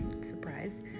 surprise